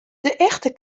echte